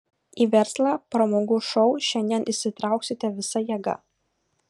į verslą pramogų šou šiandien įsitrauksite visa jėga